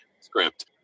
script